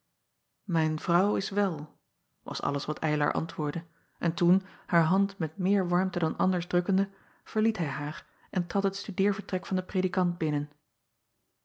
ijn vrouw is wel was alles wat ylar antwoordde en toen haar hand met meer warmte dan anders drukkende verliet hij haar en trad het studeervertrek van den predikant binnen